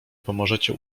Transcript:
pomożecie